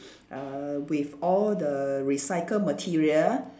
uh with all the recycled material